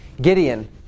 Gideon